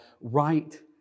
right